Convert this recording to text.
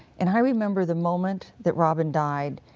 and i remember the moment that robin died,